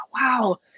wow